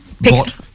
bot